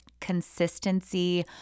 consistency